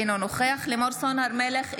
אינו נוכח לימור סון הר מלך,